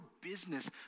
business